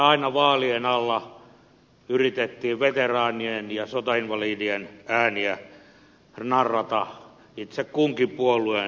aina vaalien alla yritettiin veteraanien ja sotainvalidien ääniä narrata itse kunkin puolueen laariin